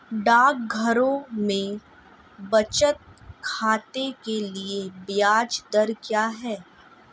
डाकघरों में बचत खाते के लिए ब्याज दर क्या है?